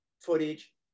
footage